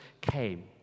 came